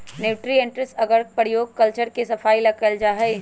nutrients अगर के प्रयोग कल्चर के सफाई ला कइल जाहई